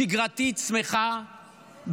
שגרתית שמחה,